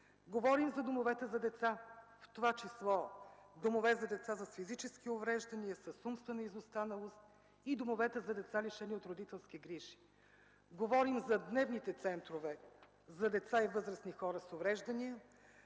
Говорим за домовете за деца, в това число домове за деца с физически увреждания, с умствена изостаналост, и домовете за деца, лишени от родителски грижи. Говорим за дневните центрове за деца и възрастни хора с увреждания.